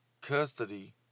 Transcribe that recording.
custody